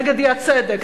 נגד האי-צדק,